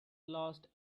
lost